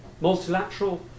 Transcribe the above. multilateral